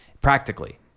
practically